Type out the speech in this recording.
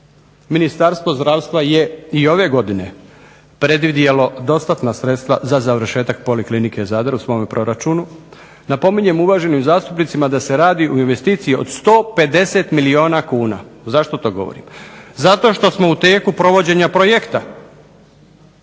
Ministarstvo zdravstva je i ove godine predvidjelo dostatna sredstva za završetak Poliklinike Zadar u svom proračunu. Napominjem uvaženim zastupnicima da se radi o investiciji od 150 milijuna kuna. Zašto to govorim? Zato što smo u tijeku provođenja projekta